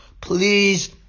please